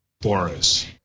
Boris